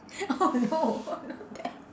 oh no oh not that